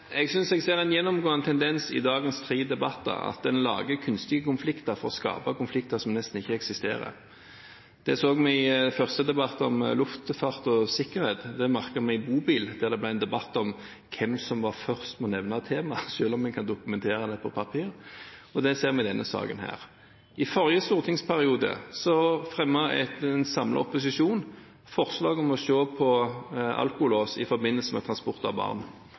Jeg synes jeg ser en gjennomgående tendens i dagens tre debatter til at en lager kunstige konflikter som nesten ikke eksisterer. Det så vi i første debatt, om luftfart og sikkerhet, det merket vi i debatten om bobil, der det ble en debatt om hvem som var den første til å nevne temaet, selv om jeg kan dokumentere det på papir, og det ser vi i denne saken. I forrige stortingsperiode fremmet en samlet opposisjon forslag om å se på alkolås i forbindelse med transport av barn.